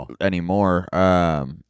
anymore